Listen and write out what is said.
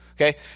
okay